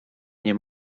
nie